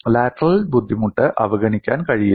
lateral ബുദ്ധിമുട്ട് അവഗണിക്കാൻ കഴിയില്ല